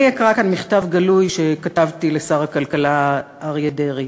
אני אקרא כאן מכתב גלוי שכתבתי לשר הכלכלה אריה דרעי,